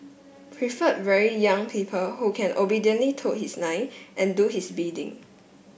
prefer very young people who can obediently toe his line and do his bidding